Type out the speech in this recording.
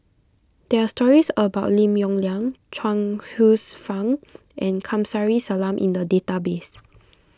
there are stories about Lim Yong Liang Chuang Hsueh Fang and Kamsari Salam in the database